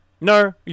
No